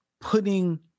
putting